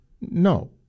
No